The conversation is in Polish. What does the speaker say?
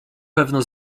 pewno